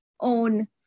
own